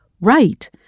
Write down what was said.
Right